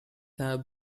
have